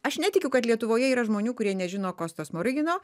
aš netikiu kad lietuvoje yra žmonių kurie nežino kosto smorigino